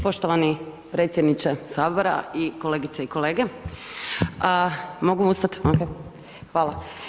Poštovani predsjedniče sabora i kolegice i kolege, mogu ustati, hvala.